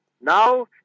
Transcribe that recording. now